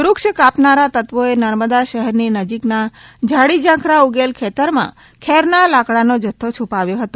વૃક્ષ કાપનારા તત્વોએ નર્મદા નહેરની નજીકના ઝાડી ઝાંખરાં ઊગેલ ખેતરમાં ખેરના લાકડાનો જથ્થો છુપાવ્યો હતો